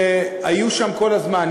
שהיו שם כל הזמן,